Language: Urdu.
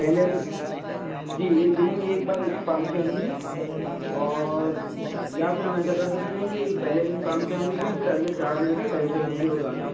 پہلے جی ایک دن میں ایک بار لیں پانچ سو ایم جی اور یا پھر ہم ایسا کر سکتے ہیں کہ پہلے دن پانچ سو ایم جی لیں پھر اگلے چار دن تک ڈھائی سو ایم جی روزانہ